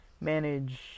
Manage